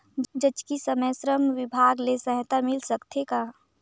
जचकी समय श्रम विभाग ले सहायता मिल सकथे का?